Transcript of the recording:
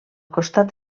costat